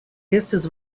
estis